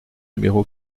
numéro